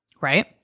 Right